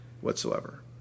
whatsoever